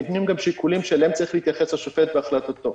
ניתנים גם שיקולים שאליהם צריך להתייחס השופט בהחלטתו.